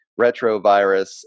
retrovirus